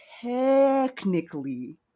technically